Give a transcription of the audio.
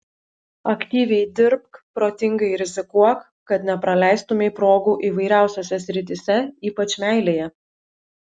aktyviai dirbk protingai rizikuok kad nepraleistumei progų įvairiausiose srityse ypač meilėje